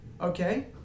okay